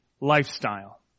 lifestyle